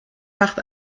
macht